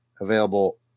available